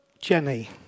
Jenny